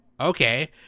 okay